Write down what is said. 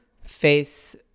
face